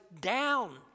down